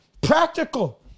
practical